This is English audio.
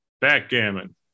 Backgammon